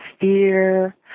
fear